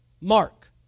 Mark